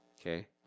Okay